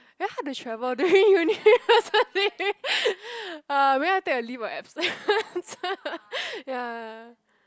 very hard to travel during uni ah maybe I take a leave of absence ya